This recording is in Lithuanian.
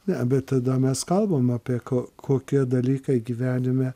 ne bet tada mes kalbam apie kokie dalykai gyvenime